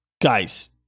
guys